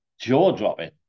jaw-dropping